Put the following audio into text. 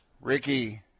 Ricky